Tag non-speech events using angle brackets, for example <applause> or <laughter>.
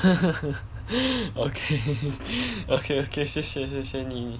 <laughs> okay okay okay 谢谢谢谢你